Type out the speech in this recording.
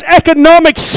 economic